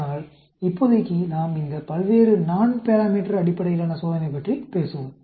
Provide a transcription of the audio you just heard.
ஆனால் இப்போதைக்கு நாம் இந்த பல்வேறு Nonparameter அடிப்படையிலான சோதனை பற்றி பேசுவோம்